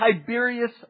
Tiberius